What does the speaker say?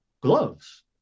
gloves